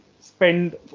spend